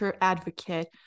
advocate